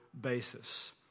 basis